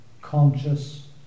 conscious